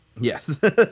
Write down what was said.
Yes